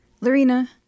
Lorena